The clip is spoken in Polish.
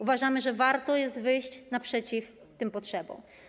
Uważamy, że warto jest wyjść naprzeciw tym potrzebom.